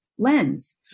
lens